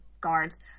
Guards